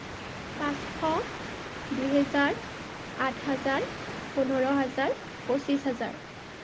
পাঁচশ দুহেজাৰ আঠ হাজাৰ পোন্ধৰ হাজাৰ পঁচিছ হাজাৰ